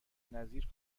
نظیر